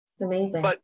Amazing